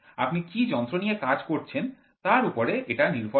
আপনি কি যন্ত্র নিয়ে কাজ করছেন তার উপরে এটা নির্ভর করে